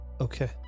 okay